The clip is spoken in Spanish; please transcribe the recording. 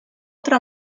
otro